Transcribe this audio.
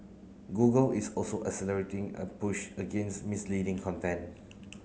Google is also accelerating a push against misleading content